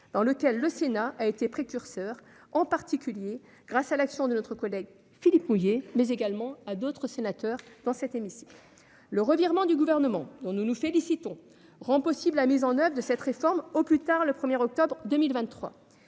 dans lequel le Sénat a été précurseur, en particulier grâce à l'action de notre collègue Philippe Mouiller et à celle d'autres sénateurs. Le revirement du Gouvernement, dont nous nous félicitons, rend possible la mise en oeuvre de cette réforme au plus tard le 1 octobre 2023.